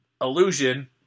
illusion